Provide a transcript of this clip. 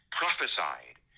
prophesied